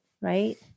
Right